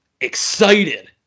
excited